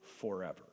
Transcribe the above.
forever